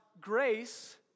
grace